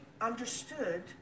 understood